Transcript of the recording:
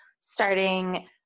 starting